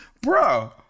Bro